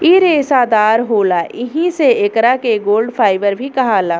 इ रेसादार होला एही से एकरा के गोल्ड फाइबर भी कहाला